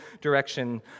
direction